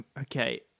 Okay